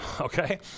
Okay